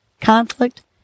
conflict